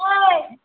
ওই